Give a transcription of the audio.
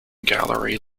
gallery